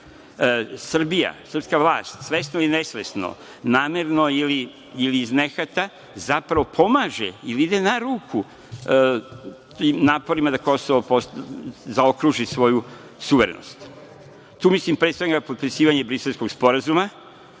Srbija, srpska vlast, svesno i nesvesno, namerno ili iz nehata, zapravo pomaže ili ide na ruku naporima da Kosovo zaokruži svoju suverenost. Tu mislim, pre svega, na potpisivanje Briselskog sporazuma,